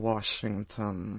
Washington